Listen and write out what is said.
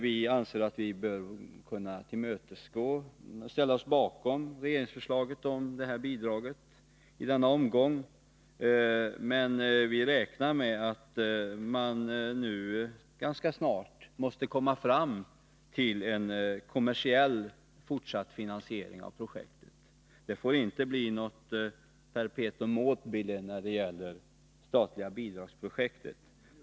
Vi anser oss i denna omgång kunna ställa oss bakom regeringsförslaget om sådant bidrag, men vi räknar med att man nu ganska snart måste komma fram till en kommersiellt grundad fortsatt finansiering av projektet. Detta statliga bidragsprojekt får inte bli något perpetuum mobile.